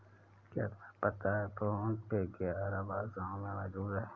क्या तुम्हें पता है फोन पे ग्यारह भाषाओं में मौजूद है?